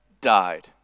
died